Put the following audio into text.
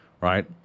right